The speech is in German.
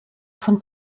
von